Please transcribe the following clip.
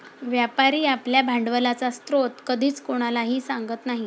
व्यापारी आपल्या भांडवलाचा स्रोत कधीच कोणालाही सांगत नाही